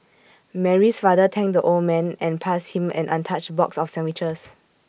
Mary's father thanked the old man and passed him an untouched box of sandwiches